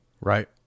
Right